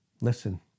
Listen